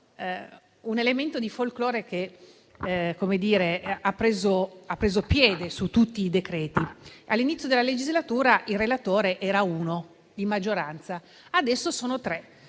un elemento di folclore che ha preso piede in tutti i decreti. All'inizio della legislatura c'era un solo relatore di maggioranza, adesso sono tre,